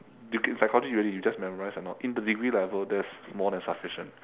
you can psychology really you just memorize or not in degree level that's more than sufficient